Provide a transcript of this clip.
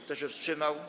Kto się wstrzymał?